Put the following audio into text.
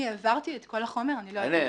אני העברתי את כל החומר, אני לא יודעת למי.